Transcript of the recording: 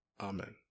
Amen